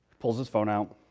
pulls his phone out,